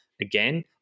again